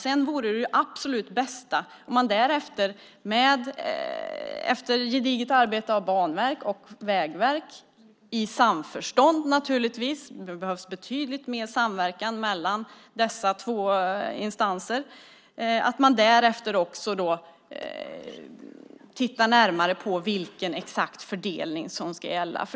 Det absolut bästa vore om man därefter - efter gediget arbete av Banverket och Vägverket i samförstånd naturligtvis; det behövs betydligt mer samverkan mellan dessa två instanser - också tittar närmare på vilken exakt fördelning som ska gälla.